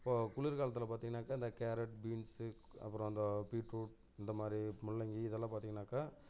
இப்போது குளிர் காலத்தில் பார்த்தீங்கனாக்கா இந்த கேரட் பீன்ஸு அப்புறம் அந்த பீட்ரூட் இந்த மாதிரி முள்ளங்கி இதெல்லாம் பார்த்தீங்கனாக்கா